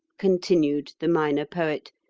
continued the minor poet,